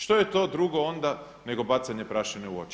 Što je to drugo onda nego bacanje prašine u oči?